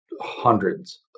hundreds